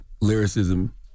lyricism